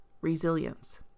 resilience